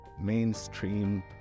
mainstream